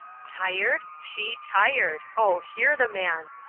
tired? she tired! oh, hear the man!